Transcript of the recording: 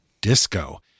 disco